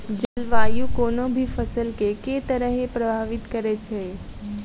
जलवायु कोनो भी फसल केँ के तरहे प्रभावित करै छै?